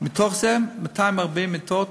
מתוך זה 240 מיטות